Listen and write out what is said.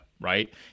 right